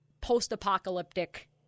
post-apocalyptic